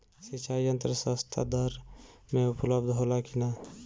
सिंचाई यंत्र सस्ता दर में उपलब्ध होला कि न?